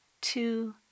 two